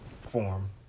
Form